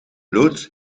loods